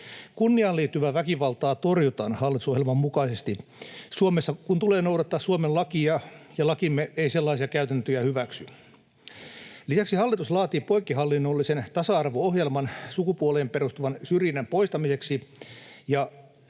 Kunniaan liittyvää väkivaltaa torjutaan hallitusohjelman mukaisesti — Suomessa kun tulee noudattaa Suomen lakia, ja lakimme ei sellaisia käytäntöjä hyväksy. Lisäksi hallitus laatii poikkihallinnollisen tasa-arvo-ohjelman sukupuoleen perustuvan syrjinnän poistamiseksi ja